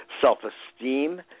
self-esteem